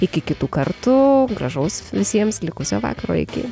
iki kitų kartų gražaus visiems likusio vakaro iki